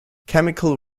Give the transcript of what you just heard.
chemical